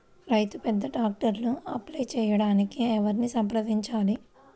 రైతు పెద్ద ట్రాక్టర్కు అప్లై చేయడానికి ఎవరిని సంప్రదించాలి?